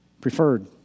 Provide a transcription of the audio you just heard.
preferred